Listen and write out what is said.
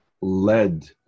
led